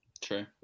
True